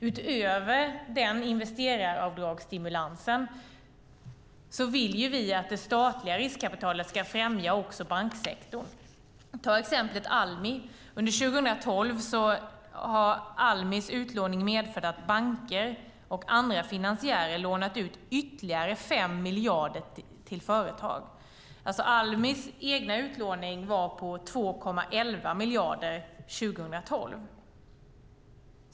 Utöver den investeraravdragsstimulansen vill vi att det statliga riskkapitalet ska främja också banksektorn. Jag kan ta exemplet Almi. Under 2012 har Almis utlåning medfört att banker och andra finansiärer lånat ut ytterligare 5 miljarder till företag. Almis egen utlåning var på 2,11 miljarder 2012.